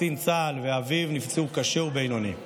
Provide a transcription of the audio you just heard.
קצין צה"ל ואביו נפצעו קשה ובינוני.